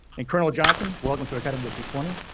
and colonel johnson. welcome to academy district twenty.